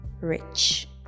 rich